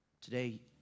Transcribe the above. Today